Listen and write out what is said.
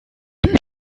die